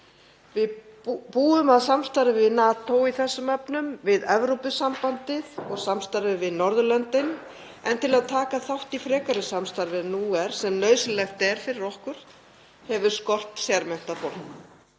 Við búum að samstarfi við NATO í þessum efnum, við Evrópusambandið og samstarfi við Norðurlöndin, en til að taka þátt í frekari samstarfi en nú er, sem nauðsynlegt er fyrir okkur, hefur skort sérmenntað fólk.